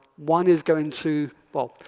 one is going to well,